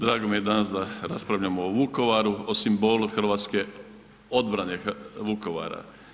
Drago mi je danas da raspravljamo o Vukovaru o simbolu hrvatske obrane Vukovara.